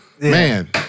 Man